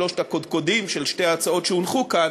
שלושת הקודקודים של שתי ההצעות שהונחו כאן,